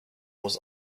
was